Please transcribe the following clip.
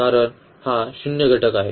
कारण हा 0 घटक आहे